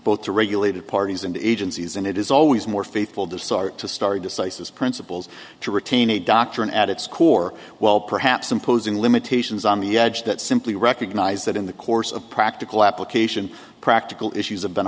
both the regulated parties and agencies and it is always more faithful to start to start decisis principles to retain a doctrine at its core while perhaps imposing limitations on the edge that simply recognize that in the course of practical application practical issues have been